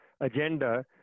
agenda